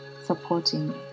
supporting